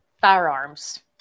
firearms